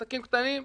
עסקים קטנים,